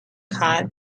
cart